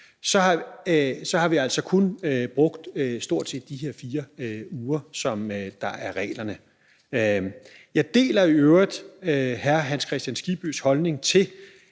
var åbent – kun brugt de her 4 uger, som der står i reglerne. Jeg deler i øvrigt hr. Hans Kristian Skibbys holdning til,